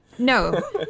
No